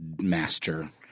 master